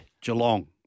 Geelong